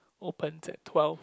opens at twelve